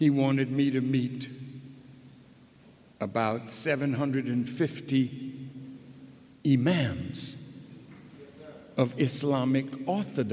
he wanted me to meet about seven hundred fifty e man of islamic off the